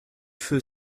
feu